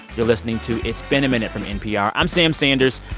you're listening to it's been a minute from npr. i'm sam sanders.